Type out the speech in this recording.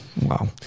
Wow